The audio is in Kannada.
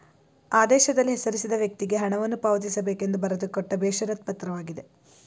ಆದೇಶದಲ್ಲಿ ಹೆಸರಿಸಿದ ವ್ಯಕ್ತಿಗೆ ಹಣವನ್ನು ಪಾವತಿಸಬೇಕೆಂದು ಬರೆದುಕೊಟ್ಟ ಬೇಷರತ್ ಪತ್ರವಾಗಿದೆ